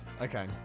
Okay